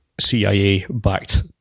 CIA-backed